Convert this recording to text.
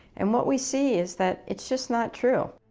and what we see is that it's just not true.